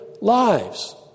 lives